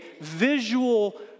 visual